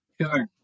Sure